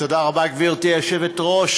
תודה רבה, גברתי היושבת-ראש.